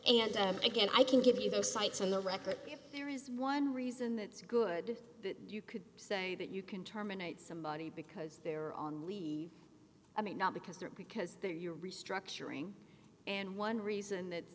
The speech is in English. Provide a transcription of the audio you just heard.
and again i can give you those sites on the record there is one reason that's good you could say that you can terminate somebody because they're on leave i mean not because they're because they're your restructuring and one reason